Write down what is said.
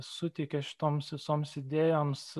suteikė šitoms visoms idėjoms